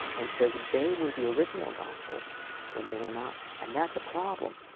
and says they were the original gospels when they were not. and that's a problem.